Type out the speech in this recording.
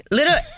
Little